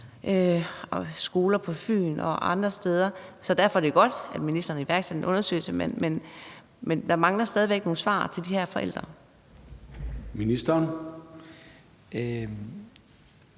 fra skoler på Fyn og andre steder. Så derfor er det godt, at ministeren vil iværksætte en undersøgelse, men der mangler stadig væk nogle svar til de her forældre. Kl.